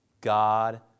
God